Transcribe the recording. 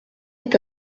est